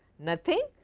nothing,